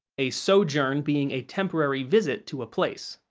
a sojourn being a temporary visit to a place.